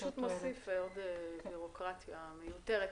זה פשוט מוסיף בירוקרטיה מיותרת.